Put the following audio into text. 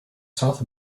south